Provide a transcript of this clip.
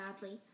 badly